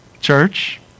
Church